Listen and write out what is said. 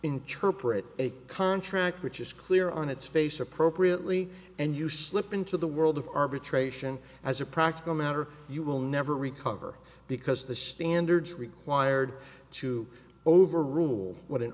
interpret a contract which is clear on its face appropriately and you slip into the world of arbitration as a practical matter you will never recover because the standards required to overrule what an